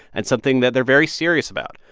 and something that they're very serious about.